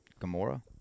Gamora